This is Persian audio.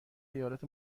ایالات